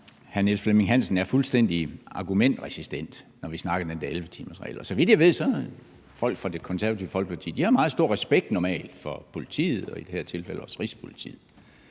hr. Niels Flemming Hansen er fuldstændig argumentresistent, når vi snakker om den der 11-kilosregel. Så vidt jeg ved, har folk fra Det Konservative Folkeparti normalt meget stor respekt for politiet og i det her tilfælde også Rigspolitiet.